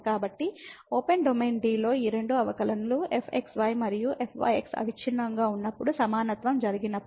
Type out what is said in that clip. కాబట్టి open domain D లో ఈ రెండు అవకలనలు fxy మరియు fyx అవిచ్ఛిన్నంగా ఉన్నప్పుడు సమానత్వం జరిగినప్పుడు